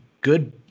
Good